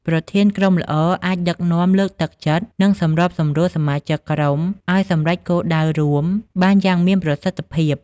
ប្រធានក្រុមល្អអាចដឹកនាំ លើកទឹកចិត្ត និងសម្របសម្រួលសមាជិកក្រុមឱ្យសម្រេចគោលដៅរួមបានយ៉ាងមានប្រសិទ្ធភាព។